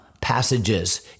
passages